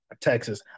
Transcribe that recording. texas